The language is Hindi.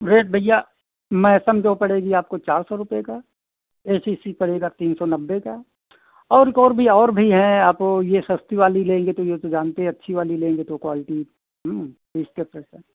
रेट भैया मैसन जो पड़ेगी आपको चार सौ रुपये का ए सी सी पड़ेगा तीन सौ नब्बे का और काे और भी और भी हैं आप यह सस्ती वाली लेंगे तो यह तो जानते हैं अच्छी वाली लेंगे तो क्वाल्टी इसके